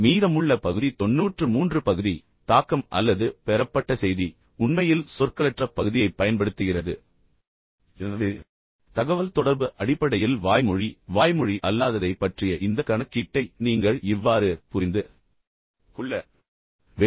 மீதமுள்ள பகுதி 93 பகுதி தாக்கம் அல்லது பெறப்பட்ட செய்தி உண்மையில் சொற்களற்ற பகுதியைப் பயன்படுத்துகிறது எனவே தகவல்தொடர்பு அடிப்படையில் வாய்மொழி மற்றும் வாய்மொழி அல்லாததைப் பற்றிய இந்த கணக்கீட்டை நீங்கள் இவ்வாறு புரிந்து கொள்ள வேண்டும்